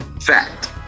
fact